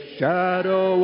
shadow